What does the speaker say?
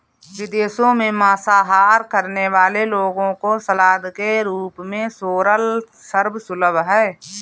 विदेशों में मांसाहार करने वाले लोगों को सलाद के रूप में सोरल सर्व सुलभ है